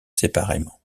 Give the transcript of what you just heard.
séparément